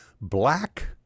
black